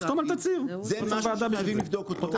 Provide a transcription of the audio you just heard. יחתום על תצהיר, לא צריך וועדה בשביל זה.